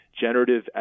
generative